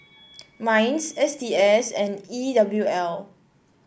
Minds S T S and E W L